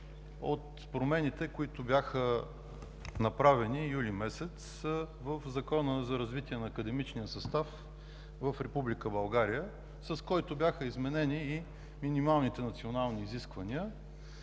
от промените, които бяха направени през месец юли в Закона за развитие на академичния състав в Република България, с които бяха изменени и минималните национални изисквания,